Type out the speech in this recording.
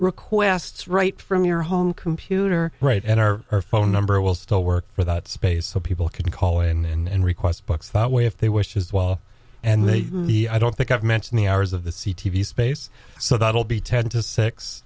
requests right from your home computer right in our phone number will still work for that space so people can call in and request books that way if they wish as well and they i don't think i've mentioned the hours of the c t v space so that'll be ten to six